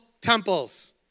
temples